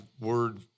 word